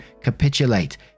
capitulate